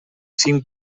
cinc